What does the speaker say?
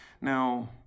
Now